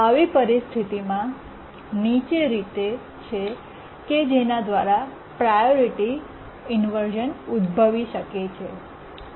આવી પરિસ્થિતિમાં નીચે રીત છે કે જેના દ્વારા પ્રાયોરિટી ઇન્વર્શ઼ન ઉદ્ભવી શકે છે